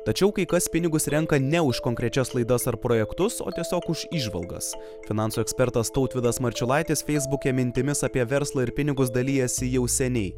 tačiau kai kas pinigus renka ne už konkrečias laidas ar projektus o tiesiog už įžvalgas finansų ekspertas tautvydas marčiulaitis feisbuke mintimis apie verslą ir pinigus dalijasi jau seniai